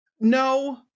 No